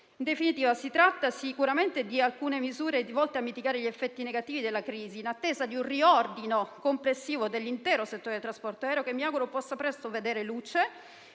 In definitiva, si tratta sicuramente di misure volte a mitigare gli effetti negativi della crisi, in attesa di un riordino complessivo dell'intero settore del trasporto aereo, che mi auguro possa presto vedere la